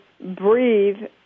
breathe